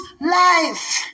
life